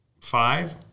five